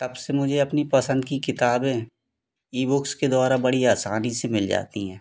तबसे मुझे अपनी पसंद की किताबें ई बुक्स के द्वारा बड़ी असानी से मिल जाती हैं